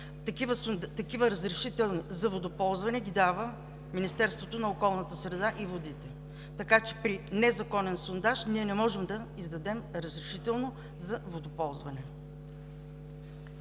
Такива разрешителни за водоползване ги дава Министерството на околната среда и водите. Така че при незаконен сондаж ние не можем да издадем разрешително за водоползване.